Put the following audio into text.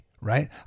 right